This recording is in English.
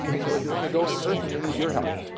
so if you want to go in person we need your help.